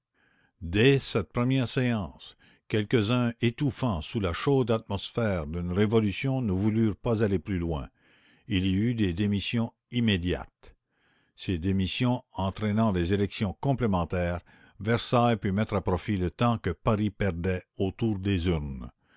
dès cette première séance quelques-uns étouffant sous la chaude atmosphère d'une révolution ne voulurent pas aller plus loin il y eut des démissions immédiates ces démissions entraînant des élections complémentaires versailles put mettre à profit le temps que paris perdait autour des